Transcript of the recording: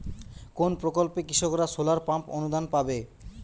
কোন প্রকল্পে কৃষকরা সোলার পাম্প অনুদান পাবে?